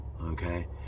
okay